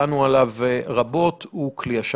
דנו עליו רבות הוא כלי השב"כ.